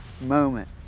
moment